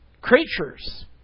creatures